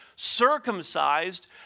circumcised